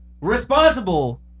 responsible